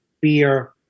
beer